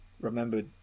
remembered